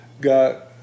got